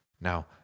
Now